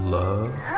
love